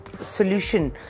solution